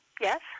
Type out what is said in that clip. Yes